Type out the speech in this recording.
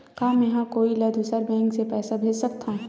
का मेंहा कोई ला दूसर बैंक से पैसा भेज सकथव?